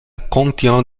contient